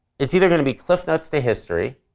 it's either gonna be cliff notes to history,